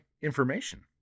information